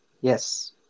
Yes